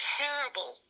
terrible